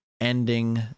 ending